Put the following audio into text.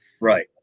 Right